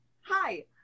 Hi